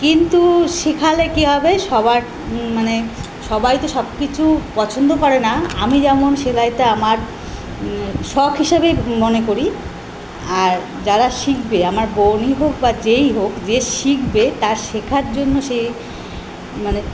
কিন্তু শেখালে কী হবে সবার মানে সবাই তো সব কিছু পছন্দ করে না আমি যেমন সেলাইকে আমার শখ হিসাবে মনে করি আর যারা শিখবে আমার বোনই হোক বা যেই হোক যে শিখবে তার শেখার জন্য সে মানে